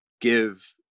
give